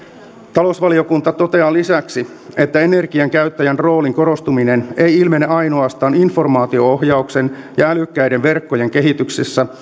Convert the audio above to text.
talousvaliokunta toteaa lisäksi että energian käyttäjän roolin korostuminen ei ilmene ainoastaan informaatio ohjauksen ja älykkäiden verkkojen kehityksessä